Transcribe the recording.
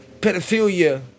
pedophilia